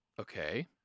Okay